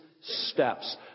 steps